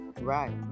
Right